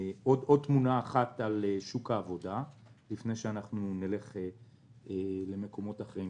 עוד תמונה אחת על שוק העבודה לפני שנדבר על דברים אחרים: